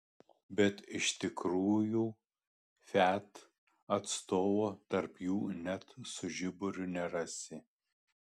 bet iš tikrųjų fiat atstovo tarp jų net su žiburiu nerasi